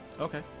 Okay